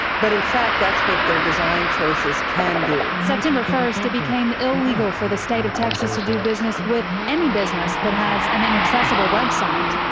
but, in fact, that's what their design choices can do. september first, it became illegal for the state of texas to do business with any business that has an inaccessible web site.